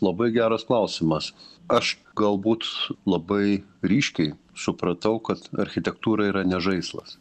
labai geras klausimas aš galbūt labai ryškiai supratau kad architektūra yra ne žaislas